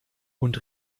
und